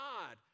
God